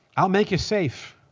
i'll make it safe.